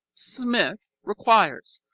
smith requires,